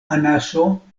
anaso